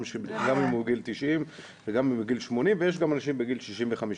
גם אם הוא בגיל 90 וגם אם הוא בגיל 80 ויש גם אנשים בגיל 60 ו-50.